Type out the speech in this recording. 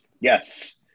Yes